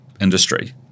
industry